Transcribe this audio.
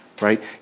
Right